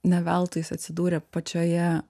ne veltui jis atsidūrė pačioje